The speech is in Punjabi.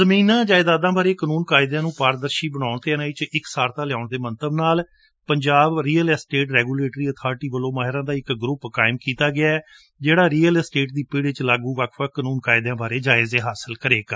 ਜਮੀਨਾਂ ਜਾਇਦਾਦਾਂ ਬਾਰੇ ਕਾਨੂੰਨ ਕਾਇਦਿਆਂ ਨੂੰ ਪਾਰਦਰਸ਼ੀ ਬਣਾਉਣ ਦੇ ਮੰਤਵ ਨਾਲ Punjab real estate regulatory authority ਵੱਲੋਂ ਮਾਹਿਰਾਂ ਦਾ ਇੱਕ ਗਰੁੱਪ ਕਾਇਮ ਕੀਤਾ ਗਿਐ ਜਿਹੜਾ ਰੀਅਲ ਅਸਟੇਟ ਦੀ ਪਿੜ ਵਿੱਚ ਲਾਗੂ ਵੱਖ ਵੱਖ ਕਾਨੂੰਨ ਕਾਇਦਿਆਂ ਬਾਰੇ ਜਾਇਜੇ ਲਵੇਗਾ